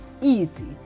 easy